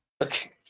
Okay